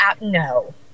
no